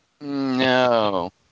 No